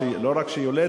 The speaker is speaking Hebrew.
שהיא לא רק שיולדת,